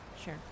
Sure